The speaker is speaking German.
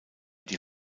die